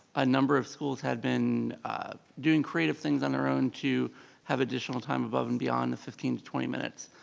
a number of schools have been doing creative things on their own to have additional time above and beyond the fifteen to twenty minutes.